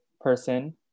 person